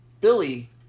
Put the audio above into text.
Billy